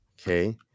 Okay